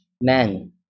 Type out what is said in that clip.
Man